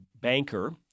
banker